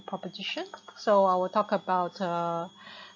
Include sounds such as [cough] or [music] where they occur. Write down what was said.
proposition so I will talk about uh [breath]